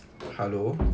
hello